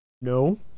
No